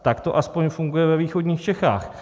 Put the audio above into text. Tak to aspoň funguje ve východních Čechách.